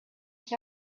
sich